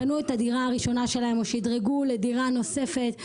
קנו את הדירה הראשונה שלהם או שדרגו לדירה נוספת.